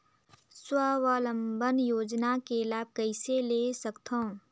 स्वावलंबन योजना के लाभ कइसे ले सकथव?